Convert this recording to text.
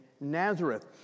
Nazareth